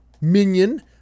Minion